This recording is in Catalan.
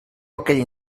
aquella